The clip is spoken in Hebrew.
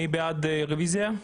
מי בעד רביזיה?